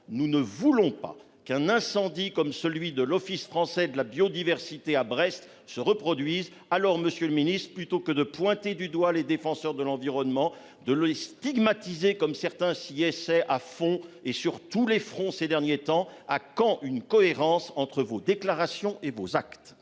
Nous ne voulons pas qu'un incendie comme celui de l'Office français de la biodiversité à Brest se reproduise. Alors Monsieur le Ministre, plutôt que de pointer du doigt les défenseurs de l'environnement de l'stigmatisé comme certains s'y essaie à fond, et sur tous les fronts ces derniers temps. À quand une cohérence entre vos déclarations et vos actes.